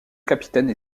capitaine